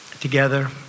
together